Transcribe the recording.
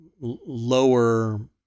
lower